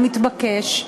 המתבקש,